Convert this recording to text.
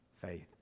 faith